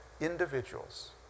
individuals